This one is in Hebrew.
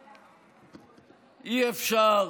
אי-אפשר,